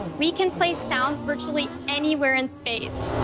we can place sounds virtually anywhere in space.